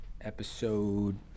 episode